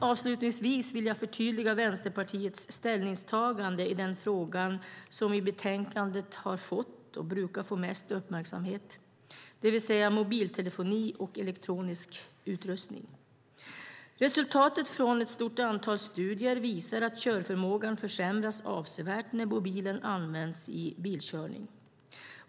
Avslutningsvis vill jag förtydliga Vänsterpartiets ställningstagande i den fråga som i betänkandet har fått och som brukar få mest uppmärksamhet, det vill säga mobiltelefoni och elektronisk utrustning. Resultatet från ett stort antal studier visar att körförmågan försämras avsevärt när mobilen används vid bilkörning.